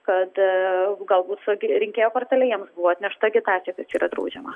kad galbūt su rinkėjo kortele jiems buvo atnešta agitacijos tai čia yra draudžiama